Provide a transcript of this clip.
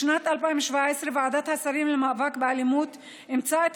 בשנת 2017 ועדת השרים למאבק באלימות אימצה את